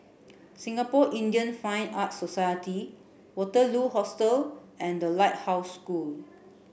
Singapore Indian Fine Arts Society Waterloo Hostel and The Lighthouse School